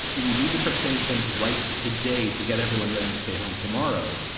we need to start saying things right today to get everyone ready to stay home tomorrow.